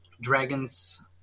Dragons